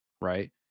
right